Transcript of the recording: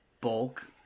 Bulk